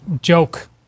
joke